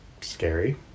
scary